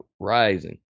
rising